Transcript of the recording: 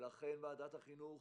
לכן ועדת החינוך